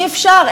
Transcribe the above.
אי-אפשר,